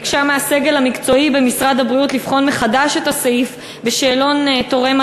ביקשה מהסגל המקצועי במשרד הבריאות לבחון מחדש את הסעיף בשאלון תורם